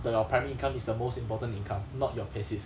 the your primary income is the most important income not your passive